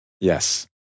yes